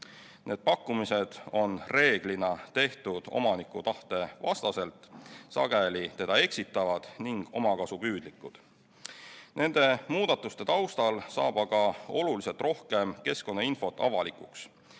Need pakkumised on reeglina tehtud omaniku tahte vastaselt, sageli teda eksitavad ning omakasupüüdlikud. Nende muudatuste taustal saab aga oluliselt rohkem keskkonnainfot avalikuks,